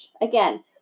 Again